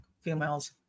Females